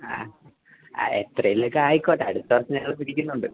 ആ ആ എത്രേലുവെക്കെ ആയിക്കോട്ടെ അട്ത്ത വർഷം ഞങ്ങള് പിടിക്കിന്നൊണ്ട്